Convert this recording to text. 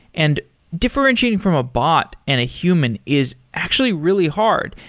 and differentiating from a bot and a human is actually really hard.